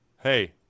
hey